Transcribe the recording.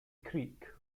creek